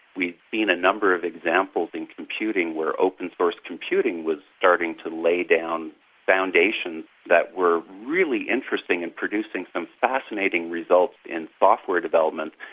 we've seen a number of examples in computing where open source computing was starting to lay down foundations that were really interesting and producing some fascinating results in software development.